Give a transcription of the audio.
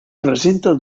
presenta